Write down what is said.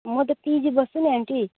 म त पिजी बस्छु नि आन्टी